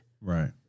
Right